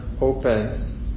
opens